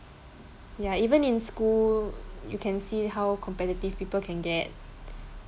ya even in school you can see how competitive people can get